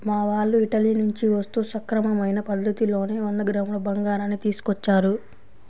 మా వాళ్ళు ఇటలీ నుంచి వస్తూ సక్రమమైన పద్ధతిలోనే వంద గ్రాముల బంగారాన్ని తీసుకొచ్చారు